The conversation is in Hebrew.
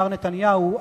מר נתניהו,